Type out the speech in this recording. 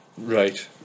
Right